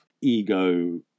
ego